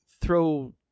throw